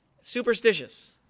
Superstitious